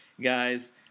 guys